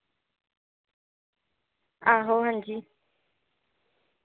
आहो हां जी